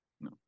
No